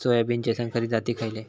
सोयाबीनचे संकरित जाती खयले?